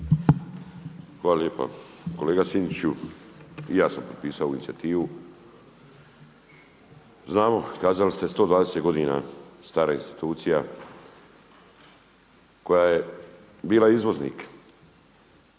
Hvala lijepa. Kolega Sinčiću i ja sam potpisao ovu inicijativu, znamo, kazali ste 120 godina stara institucija koja je bila izvoznik.